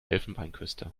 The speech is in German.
elfenbeinküste